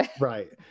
Right